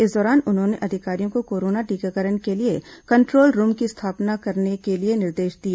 इस दौरान उन्होंने अधिकारियों को कोरोना टीकाकरण के लिए कंट्रोल रूम की स्थापना करने के निर्देश दिए